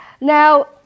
Now